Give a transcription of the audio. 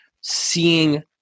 seeing